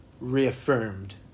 reaffirmed